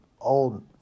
old